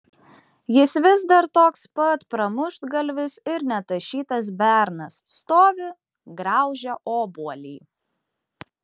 jis vis dar toks pat pramuštgalvis ir netašytas bernas stovi graužia obuolį